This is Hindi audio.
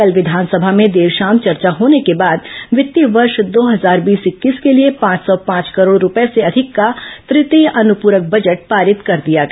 कल विघानसभा में देर शाम चर्चा के बाद वित्तीय वर्ष दो हजार बीस इक्कीस के लिए पांच सौ पांच करोड़ रूपए से अधिक का तृतीय अनुपूरक बजट पारित कर दिया गया